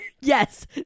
Yes